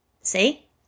See